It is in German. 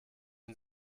den